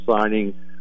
signing